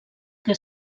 que